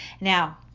Now